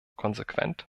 konsequent